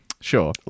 Sure